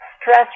stress